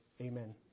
Amen